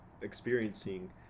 experiencing